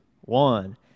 one